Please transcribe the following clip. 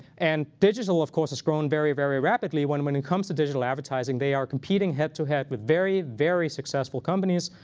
and digital, of course, has grown very, very rapidly. when when it comes to digital advertising, they are competing head-to-head with very, very successful companies,